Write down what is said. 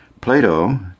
Plato